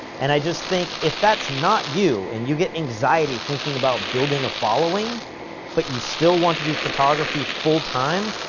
and i just think if that's not you, and you get anxiety thinking about building a following but you still want to do photography full-time,